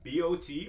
BOT